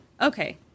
okay